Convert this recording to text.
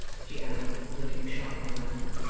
she added, looking sharply round.